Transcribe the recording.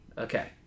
Okay